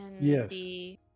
Yes